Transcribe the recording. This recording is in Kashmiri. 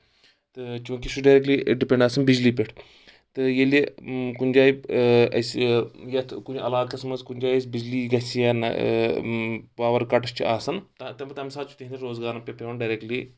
تہٕ چوٗنٛکہِ سُہ ڈارؠکلی ڈِپؠنٛڈ آسان بِجلی پؠٹھ تہٕ ییٚلہِ کُنہِ جایہِ اَسہِ یَتھ کُنہِ علاقَس منٛز کُنہِ جایہِ أسۍ بِجلی گژھِ یا پاوَر کَٹٕس چھِ آسان تِم تَمہِ ساتہٕ چھُ تِہنٛدِ روزگارَن پؠٹھ پیٚوان ڈارؠکلی